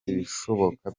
ibishoboka